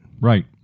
Right